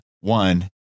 one